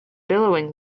billowing